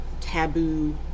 taboo